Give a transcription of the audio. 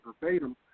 verbatim